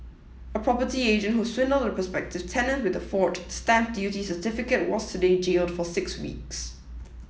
a property agent who swindled a prospective tenant with a forged stamp duty certificate was today jailed for six weeks